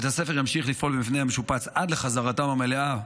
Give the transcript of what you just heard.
בית הספר ימשיך לפעול במבנה המשופץ עד לחזרתם המלאה,